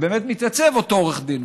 באמת מתייצב אותו עורך דין,